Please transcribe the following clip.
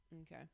okay